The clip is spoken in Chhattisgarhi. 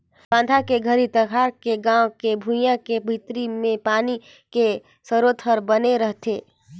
बांधा के घरी तखार के गाँव के भुइंया के भीतरी मे पानी के सरोत हर बने रहथे